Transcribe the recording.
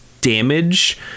damage